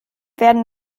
werden